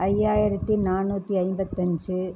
ஐயாயிரத்து நானூற்றி ஐம்பத்தஞ்சு